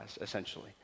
essentially